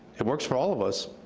it works for all of us.